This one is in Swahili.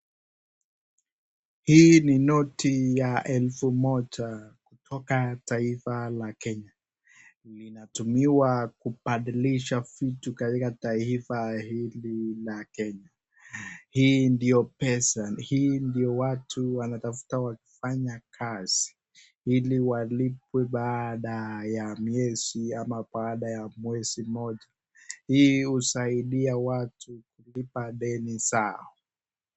Hii ni noti ya elfu moja kutoka taifa la Kenya. Linatumiwa kubadilisha vitu katika taifa hili la Kenya. Hii ndio pesa, hii ndio watu wanatafuta wakifanya kazi, ili walipwe baada ya miezi ama baada ya mwezi moja. Hii husaidia watu kulipa deni zao.